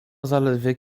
zaledwie